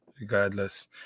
regardless